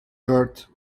dört